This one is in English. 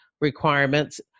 requirements